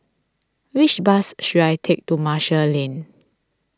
which bus should I take to Marshall Lane